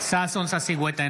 ששון ששי גואטה,